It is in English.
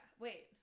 Wait